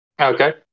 Okay